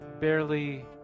barely